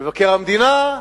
מבקר המדינה,